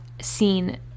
seen